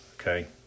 Okay